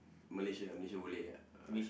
Malaysia ah Malaysia boleh ah